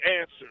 answer